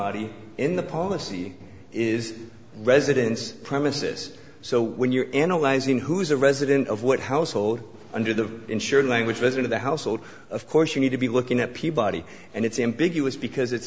peabody in the policy is residence premises so when you're analyzing who is a resident of what household under the insured language version of the household of course you need to be looking at peabody and it's him big us because it's